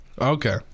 Okay